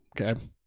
Okay